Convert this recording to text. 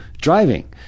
driving